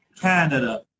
Canada